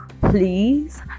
please